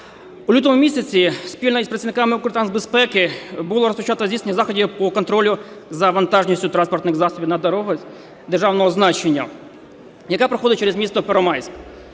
У лютому місяці спільно з працівниками Укртрансбезпеки було розпочато здійснення заходів по контролю за вантажністю транспортних засобів на дорогах державного значення, яка проходить через місто Первомайськ.